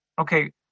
Okay